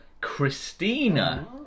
Christina